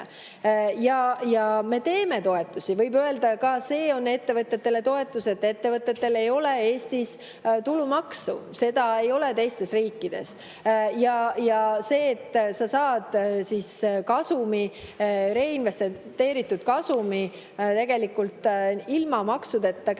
Ja me teeme toetusi. Võib öelda, et ka see on ettevõtetele toetus, et ettevõtetel ei ole Eestis tulumaksu. Seda ei ole teistes riikides. Ja see, et sa saad reinvesteeritud kasumi ilma maksudeta kätte,